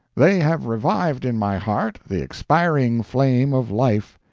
they have revived in my heart the expiring flame of life.